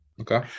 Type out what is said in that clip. Okay